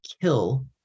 kill